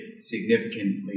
significantly